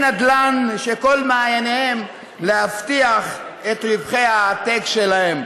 נדל״ן שכל מעייניהם להבטיח את רווחי העתק שלהם?